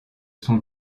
son